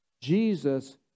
Jesus